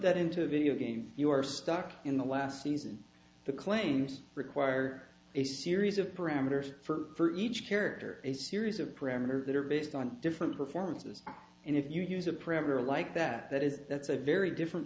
that into a video game you are stuck in the last season the claims require a series of parameters for each character a series of parameters that are based on different performances and if you use a predator like that that is that's a very different